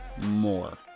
more